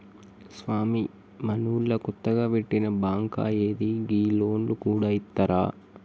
స్వామీ, మనూళ్ల కొత్తగ వెట్టిన బాంకా ఏంది, గీళ్లు లోన్లు గూడ ఇత్తరా